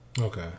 Okay